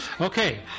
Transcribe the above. Okay